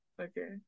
okay